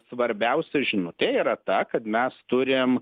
svarbiausia žinutė yra ta kad mes turim